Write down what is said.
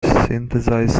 synthesize